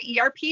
ERP